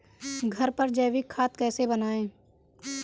घर पर जैविक खाद कैसे बनाएँ?